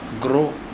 grow